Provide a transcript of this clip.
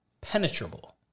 penetrable